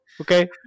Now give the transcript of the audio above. okay